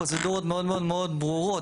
פרוצדורות מאוד מאוד ברורות,